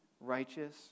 righteous